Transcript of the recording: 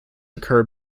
occur